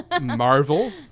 Marvel